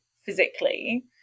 physically